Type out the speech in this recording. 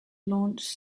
launched